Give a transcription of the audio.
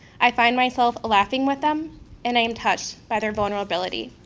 i find myself laughing with them and i am touched by their vulnerability.